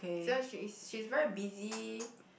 just she is she's very busy